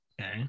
Okay